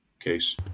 case